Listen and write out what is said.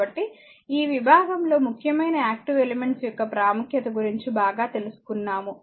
కాబట్టి ఈ విభాగంలో ముఖ్యమైన యాక్టివ్ ఎలిమెంట్స్ యొక్క ప్రాముఖ్యత గురించి బాగా తెలుసుకున్నాము